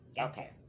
Okay